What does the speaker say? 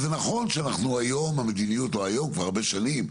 זה נכון שהמדיניות כבר הרבה שנים,